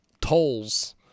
tolls